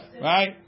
Right